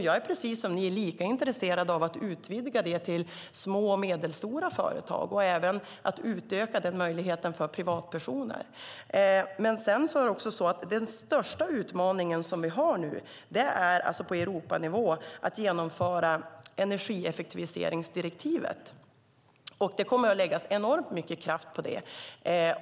Jag är precis lika intresserade som ni av att utvidga detta till små och medelstora företag och även av att utöka den möjligheten för privatpersoner. Men den största utmaningen som vi har på Europanivå är att genomföra energieffektiviseringsdirektivet, och det kommer att läggas enormt mycket kraft på det.